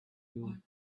hole